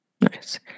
Nice